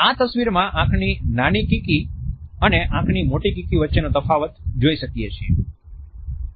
આ તસવીરમાં આંખની નાની કીકી અને આંખની મોટી કીકી વચ્ચેનો તફાવત જોઈ શકીએ છીએ